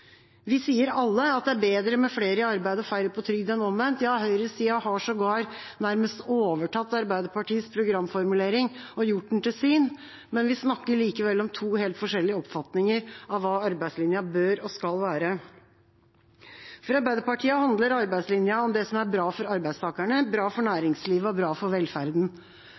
Vi sier alle at det er bedre med flere i arbeid og færre på trygd enn omvendt. Ja, høyresida har sågar nærmest overtatt Arbeiderpartiets programformulering og gjort den til sin, men vi snakker likevel om to helt forskjellige oppfatninger av hva arbeidslinja bør og skal være. For Arbeiderpartiet handler arbeidslinja om det som er bra for arbeidstakerne, bra for næringslivet og bra for velferden.